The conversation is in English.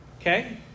Okay